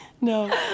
No